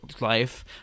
life